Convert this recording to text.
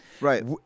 Right